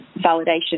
validation